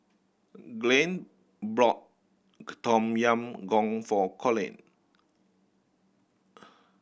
Glynn brought Tom Yam Goong for Colin